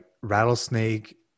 Rattlesnake